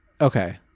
Okay